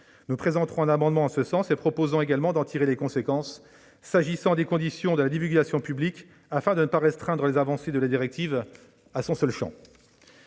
Nous présenterons un amendement en ce sens et proposerons d'en tirer les conséquences sur les conditions de la divulgation publique, afin de ne pas restreindre les avancées de la directive à son seul champ.